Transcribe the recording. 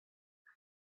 them